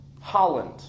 Holland